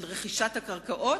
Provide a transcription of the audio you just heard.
של רכישת הקרקעות,